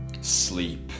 sleep